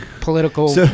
political